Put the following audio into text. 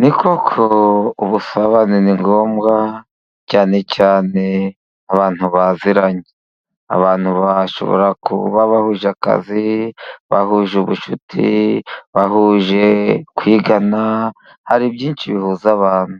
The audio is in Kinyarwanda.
Ni koko ubusabane ni ngombwa, cyane cyane abantu baziranye, abantu bashobora kuba bahuje akazi, bahuje ubucuti, bahuje kwigana, hari byinshi bihuza abantu,